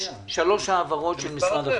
יש שלוש העברות של משרד החינוך.